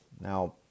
Now